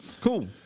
cool